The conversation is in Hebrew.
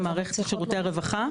במערכת שירותי הרווחה,